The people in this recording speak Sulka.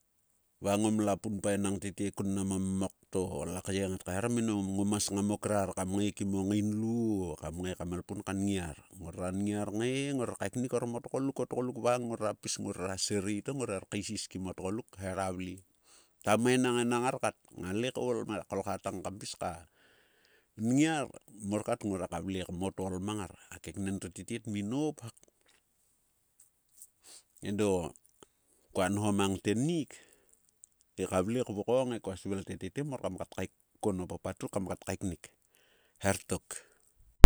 Va ngomla punpa enang tetekun nam o mok to la kyei ngat kaeharom, no ngom sngam o krar kam ngae kim o ngeinlu o kam ngae elpun kangiar. Ngrora ngiar ngae ngor kaekni orom otgoluk, otgoluk. Vang ngrora pis ngrora pis ngora sireito ngrer keisis kim o tgoluk hera vle. Ta mainang enang ngar kat. Ngale koul ma kolkha tang kam pis ka nngiar, mor kat ngrua ka vle. Kmotol mang ngar. A keknen to tete tmi nop hak. Edo kua nho mang tennik, te ka vle kvokom he kua svill te tete mor kam kaekom o papat ruk kam kat kae kaenik. Her tok